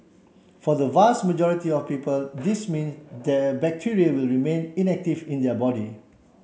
for the vast majority of people this means the bacteria will remain inactive in their body